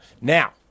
Now-